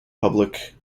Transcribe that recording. public